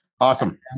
Awesome